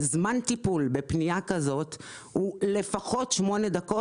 זמן טיפול בפנייה כזאת הוא לפחות שמונה דקות